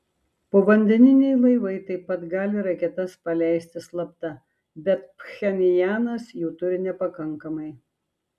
povandeniniai laivai taip pat gali raketas paleisti slapta bet pchenjanas jų turi nepakankamai